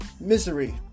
Misery